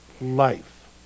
life